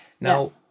Now